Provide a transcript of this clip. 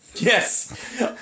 Yes